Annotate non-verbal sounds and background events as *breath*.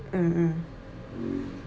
mm mm *breath*